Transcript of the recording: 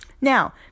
Now